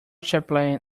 chaplain